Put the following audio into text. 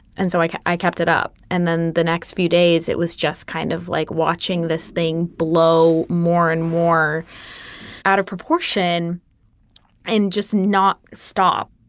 and so i i kept it up. and then the next few days, it was just kind of like watching this thing blow. more and more out of proportion and just not stop